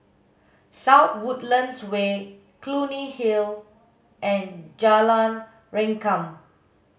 South Woodlands Way Clunny Hill and Jalan Rengkam